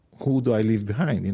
who do i leave behind? you